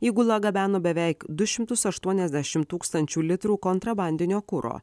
įgula gabeno beveik du šimtus aštuoniasdešim tūkstančių litrų kontrabandinio kuro